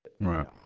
Right